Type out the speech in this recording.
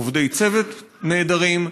עובדי צוות נהדרים.